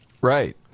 Right